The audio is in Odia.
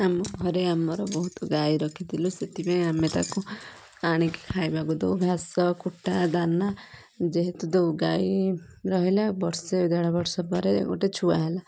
ଆମ ଘରେ ଆମର ବହୁତ ଗାଈ ରଖିଥିଲୁ ସେଥିପାଇଁ ଆମେ ତାକୁ ଆଣିକି ଖାଇବାକୁ ଦେଉ ଘାସ କୁଟା ଦାନା ଯେହେତୁ ଦେଉ ଗାଈ ରହିଲା ବର୍ଷେ ଦେଢ଼ ବର୍ଷ ପରେ ଗୋଟେ ଛୁଆ ହେଲା